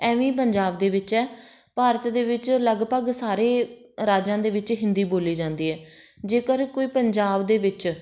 ਐਵੇਂ ਪੰਜਾਬ ਦੇ ਵਿੱਚ ਹੈ ਭਾਰਤ ਦੇ ਵਿੱਚ ਲਗਭਗ ਸਾਰੇ ਰਾਜਾਂ ਦੇ ਵਿੱਚ ਹਿੰਦੀ ਬੋਲੀ ਜਾਂਦੀ ਹੈ ਜੇਕਰ ਕੋਈ ਪੰਜਾਬ ਦੇ ਵਿੱਚ